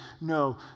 no